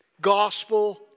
gospel